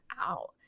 out